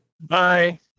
Bye